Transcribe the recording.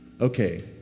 Okay